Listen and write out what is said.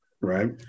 right